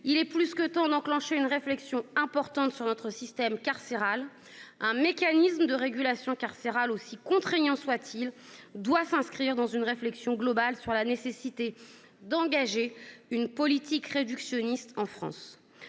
Il est plus que temps d'enclencher une réflexion sérieuse sur notre système carcéral. Un mécanisme de régulation carcérale, aussi contraignant soit-il, doit s'inscrire dans une réflexion globale sur la nécessité d'engager une politique carcérale réductionniste en France.